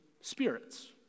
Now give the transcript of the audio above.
spirits